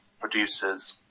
producers